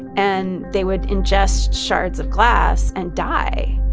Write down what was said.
and they would ingest shards of glass and die.